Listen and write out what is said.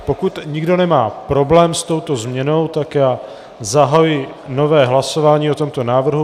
Pokud nikdo nemá problém s touto změnou, tak zahajuji nové hlasování o tomto návrhu.